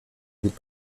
ville